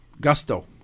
gusto